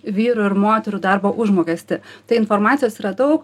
vyrų ir moterų darbo užmokestį tai informacijos yra daug